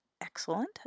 excellent